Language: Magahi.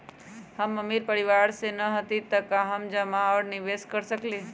हम अमीर परिवार से न हती त का हम जमा और निवेस कर सकली ह?